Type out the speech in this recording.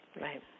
Right